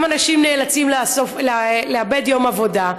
וגם אנשים נאלצים לאבד יום עבודה.